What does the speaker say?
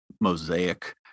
mosaic